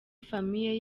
famille